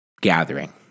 gathering